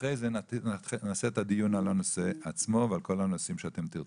ואחרי זה מקיימים את הדיון על הנושא עצמו ועל כל הנושאים שאתם תרצו.